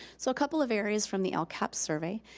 so a couple of areas from the lcap survey,